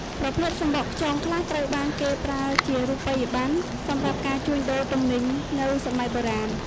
ប្រភេទសំបកខ្យងខ្លះត្រូវបានគេប្រើជារូបិយប័ណ្ណសម្រាប់ការជួញដូរទំនិញនៅសម័យបុរាណ។